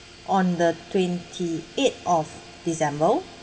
on the twenty eight of december